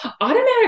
Automatic